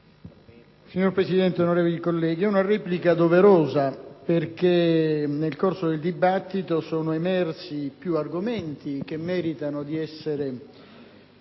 Signor Presidente, onorevoli colleghi, la mia è una replica doverosa, perché nel corso del dibattito sono emersi più argomenti che meritano di essere